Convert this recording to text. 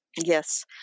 Yes